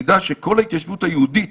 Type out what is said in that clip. שנדע שכל ההתיישבות היהודית